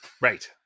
Right